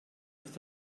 ist